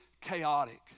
chaotic